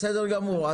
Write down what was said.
בסדר גמור.